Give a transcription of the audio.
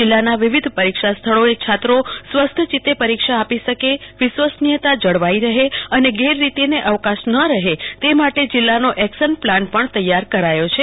જીલ્લાના વિવિધ પરીક્ષા સ્થળોએ છાત્રોપ સ્વસ્થ ચિત્તે પરીક્ષા આપી શકે વિશ્વનીયતા જળવાઈ રહે અને ગેરરીતી ને અવકાશ ન રહે તે માટે જીલ્લાનો એક્શન પ્લાન પણ તૈયાર કરાયો છે